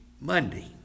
Monday